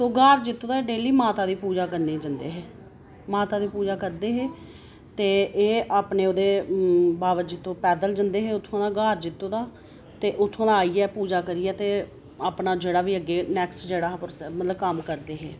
ओह् ग्हार जित्तो दा डेली माता दी पूजा करने गी जंदे हे माता दी पूजा करदे हे ते एह् अपने ओह्दे बावा जित्तो पैद्दल जंदे हे उत्थाुआं दा ग्हार जित्तो दा ते उत्थाुआं दा आइयै ते पूजा करियै अपना अग्गें बी जेह्ड़ा नेक्सट प्रोसेस मतलब कम्म करदे हे